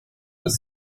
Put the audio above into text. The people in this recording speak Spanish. vez